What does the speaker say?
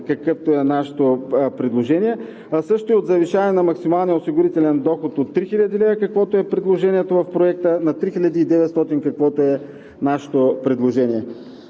каквото е нашето предложение, а също и от завишаване на максималния осигурителен доход от 3000 лв., каквото е предложението в Проекта, на 3900 лв., каквото е нашето предложение.